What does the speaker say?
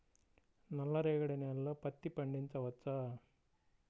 నల్ల రేగడి నేలలో పత్తి పండించవచ్చా?